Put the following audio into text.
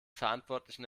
verantwortlichen